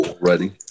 Ready